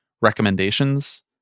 recommendations